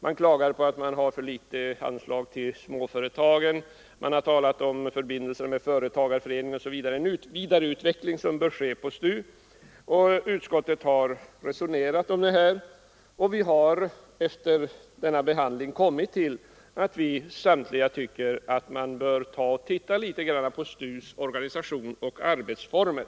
Man klagar över att det finns för litet anslag till småföretagen, man har talat om bristande förbindelser med företagareföreningar, o. s. v. Man har kort sagt talat för en vidareutveckling av STU. Utskottet har resonerat om detta och har i sin behandling av ärendet kommit fram till att man bör se över STU:s organisation och arbetsfor mer.